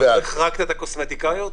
אבל החרגת את הקוסמטיקאיות?